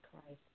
Christ